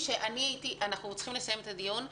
אנחנו צריכים לסיים את הדיון.